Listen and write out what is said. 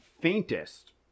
faintest